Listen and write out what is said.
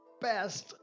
best